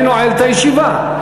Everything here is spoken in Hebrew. אני נועל את הישיבה.